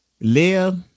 Live